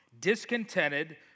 discontented